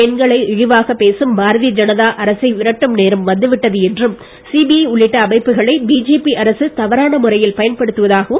பெண்களை இழிவாக பேசும் பாரதீய ஜனதா அரசை விரட்டும் நேரம் வந்துவிட்டது என்றும் சிபிஐ உள்ளிட்ட அமைப்புகளை பிஜேபி அரசு தவறான முறையில் பயன்படுத்துவதாகவும் அப்சரா கூறினார்